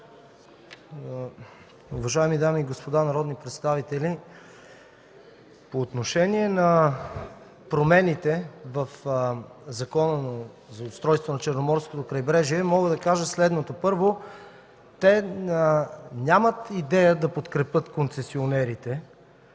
Уважаеми дами и господа народни представители, по отношение на промените в Закона за устройство на Черноморското крайбрежие мога да кажа следното: Първо, те нямат идея да подкрепят концесионерите,